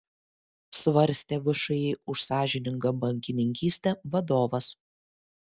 svarstė všį už sąžiningą bankininkystę vadovas